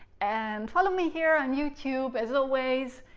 and follow me here on youtube as always,